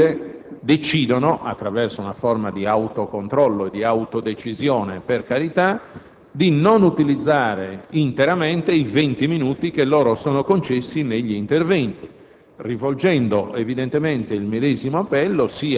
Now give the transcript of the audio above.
il bilancio del Senato a quell'ora, oppure decidono, attraverso una forma di autocontrollo, di autodecisione, per carità, di non utilizzare interamente i venti minuti che sono loro concessi negli interventi,